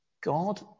God